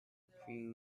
three